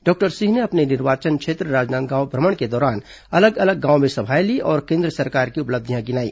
doctor सिंह ने अपने निर्वाचन क्षेत्र राजनांदगांव भ्रमण के दौरान अलग अलग गांवों में सभाएं लीं और केन्द्र सरकार की उपलब्धियां गिनाई